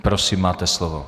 Prosím, máte slovo.